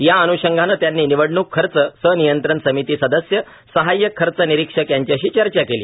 या अन्षंगाने त्यांनी निवडणूक खर्च संनियंत्रण समिती सदस्य सहाय्यक खर्च निरीक्षक यांच्याशी चर्चा केली